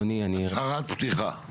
הצהרת פתיחה.